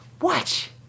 Watch